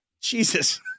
Jesus